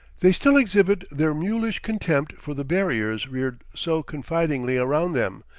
they still exhibit their mulish contempt for the barriers reared so confidingly around them,